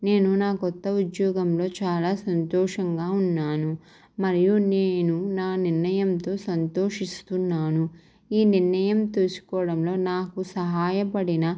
నేను నా కొత్త ఉద్యోగంలో చాలా సంతోషంగా ఉన్నాను మరియు నేను నా నిర్ణయంతో సంతోషిస్తున్నాను ఈ నిర్ణయం తీసుకోవడంలో నాకు సహాయపడిన